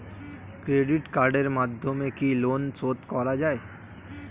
Credit কার্ডের মাধ্যমে কি লোন শোধ করা যায়?